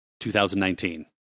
2019